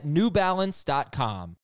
NewBalance.com